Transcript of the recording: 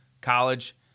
college